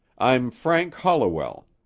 i'm frank holliwell.